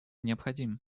необходим